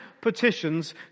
petitions